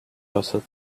authors